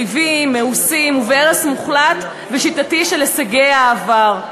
ריבים מאוסים והרס מוחלט ושיטתי של הישגי העבר.